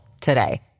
today